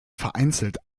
vereinzelt